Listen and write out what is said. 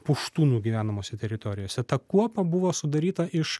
puštūnų gyvenamose teritorijose ta kuopa buvo sudaryta iš